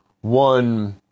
one